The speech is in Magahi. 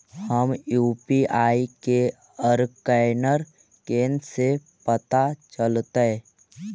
हमर यु.पी.आई के असकैनर कने से पता चलतै?